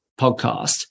podcast